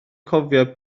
cofio